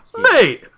mate